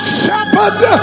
shepherd